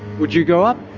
would you go up?